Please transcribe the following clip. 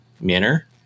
manner